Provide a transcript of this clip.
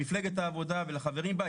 למפלגת העבודה ולחברים בה,